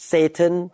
Satan